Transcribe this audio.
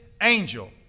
angel